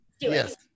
Yes